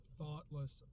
thoughtless